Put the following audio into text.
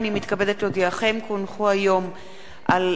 כי הונחו היום על שולחן הכנסת,